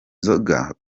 nzoga